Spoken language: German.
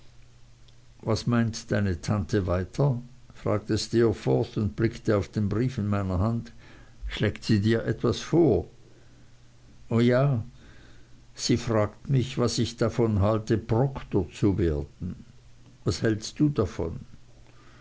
was meint deine tante weiter fragte steerforth und blickte auf den brief in meiner hand schlägt sie dir etwas vor o ja sie fragt mich was ich davon halte proktor zu werden was hältst du davon